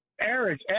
Eric